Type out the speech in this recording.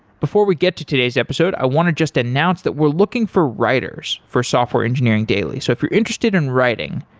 before we get to today's episode, i want to just announce that we're looking for writers for software engineering daily. so if you're interested in writing,